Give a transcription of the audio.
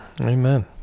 Amen